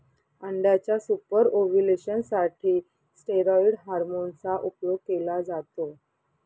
अंड्याच्या super ovulation साठी steroid hormone चा उपयोग केला जातो